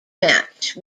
match